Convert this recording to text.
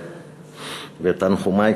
ותנחומי,